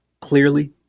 clearly